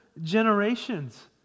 generations